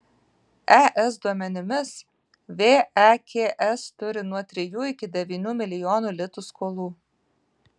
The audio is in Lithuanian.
es duomenimis veks turi nuo trijų iki devynių milijonų litų skolų